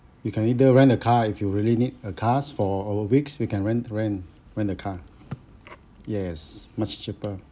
you can either rent a car if you really need a car for a weeks we can rent rent rent the car yes much cheaper